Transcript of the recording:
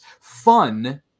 fun